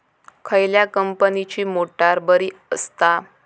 खयल्या कंपनीची मोटार बरी असता?